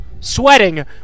sweating